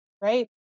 right